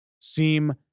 seem